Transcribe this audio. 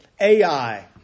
Ai